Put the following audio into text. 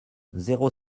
zéro